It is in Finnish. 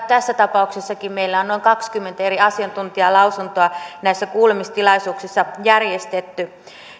tässä tapauksessa meillä on noin kaksikymmentä eri asiantuntijalausuntoa näissä kuulemistilaisuuksissa järjestetty